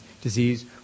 disease